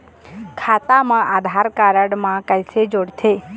खाता मा आधार कारड मा कैसे जोड़थे?